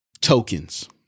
tokens